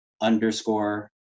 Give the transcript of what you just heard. underscore